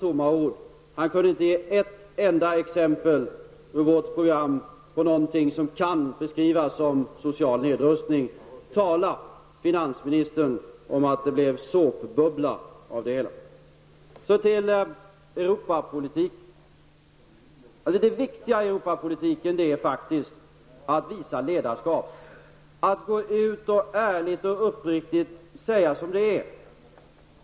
Finansministern kunde inte ge ett enda exempel på något i vårt program som kan beskrivas som social nedrustning. Tala om att det blev en såpbubbla av det hela, finansministern! Så till Europapolitiken. Det viktiga i Europapolitiken är att visa ledarskap, att gå ut och ärligt och uppriktigt säga som det är.